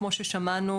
כמו ששמענו,